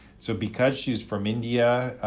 so because she's from india,